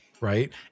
Right